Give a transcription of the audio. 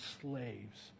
slaves